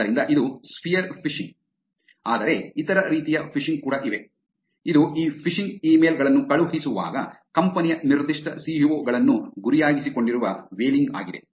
ಆದ್ದರಿಂದ ಇದು spear phishing ಆದರೆ ಇತರ ರೀತಿಯ ಫಿಶಿಂಗ್ ಕೂಡ ಇವೆ ಇದು ಈ ಫಿಶಿಂಗ್ ಇಮೇಲ್ ಗಳನ್ನು ಕಳುಹಿಸುವಾಗ ಕಂಪನಿಯ ನಿರ್ದಿಷ್ಟ ಸಿಇಒ ಗಳನ್ನು ಗುರಿಯಾಗಿಸಿಕೊಂಡಿರುವ ವೆಲಿಂಗ್ ಆಗಿದೆ